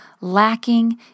lacking